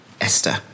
Esther